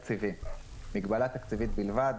מגבלה תקציבי בלבד.